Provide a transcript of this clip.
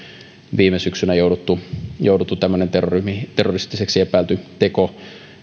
viime syksynä jouduttu jouduttu tämmöinen terroristiseksi epäilty teko